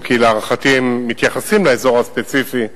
אם כי להערכתי הם מתייחסים לאזור הספציפי ולמעמדו.